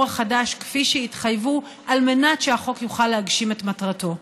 החדש כפי שהתחייבו על מנת שהחוק יוכל להגשים את מטרתו.